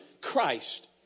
Christ